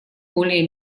более